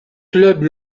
clubs